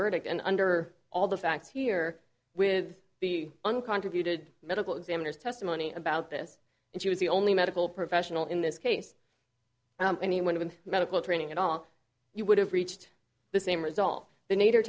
verdict and under all the facts here with the uncontroverted medical examiners testimony about this and she was the only medical professional in this case anyone with medical training at all you would have reached the same result the nader